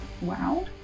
Wow